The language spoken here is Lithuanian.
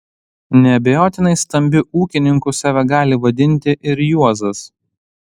neabejotinai stambiu ūkininku save gali vadinti ir juozas